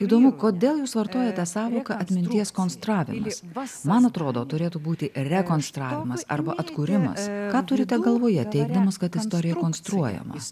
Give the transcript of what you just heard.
įdomu kodėl jūs vartojate sąvoką atminties konstravimo laisvas man atrodo turėtų būti rekonstravimas arba atkūrimas ką turite galvoje teigdamas kad istorija rekonstruojama